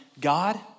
God